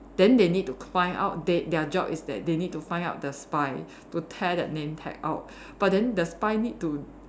then they need to find out they their job is that they need to find out the spy to tear their name tag out but then the spy need to